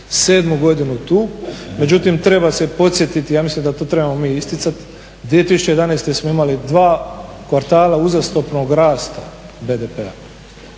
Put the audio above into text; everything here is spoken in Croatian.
sedmu godinu tu. Međutim, treba se podsjetiti, ja mislim da to trebamo mi isticati, 2011. smo imali dva kvartala uzastopnog rasta BDP-a.